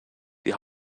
die